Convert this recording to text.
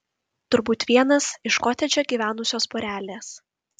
turbūt vienas iš kotedže gyvenusios porelės